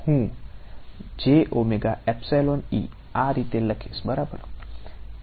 હું આ રીતે લખીશ બરાબર